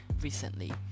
recently